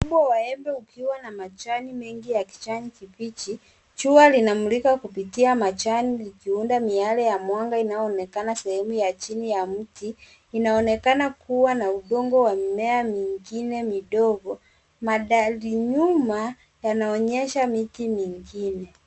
mkubwa wa embe ukiwa na majani mengi ya kijani kibichi. Jua linamulika kupitia majani likiunda miale inayoonekana. Sehemu ya chini ya mti inaonekana kuwa na udongo wa mimea mingine midogo. Mandhari nyuma yanaonyesha miti mingine.